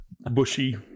bushy